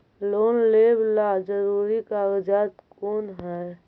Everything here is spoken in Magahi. लोन लेब ला जरूरी कागजात कोन है?